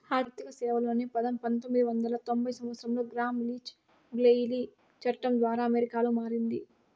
ఆర్థిక సేవలు అనే పదం పంతొమ్మిది వందల తొంభై సంవచ్చరంలో గ్రామ్ లీచ్ బ్లెయిలీ చట్టం ద్వారా అమెరికాలో మారింది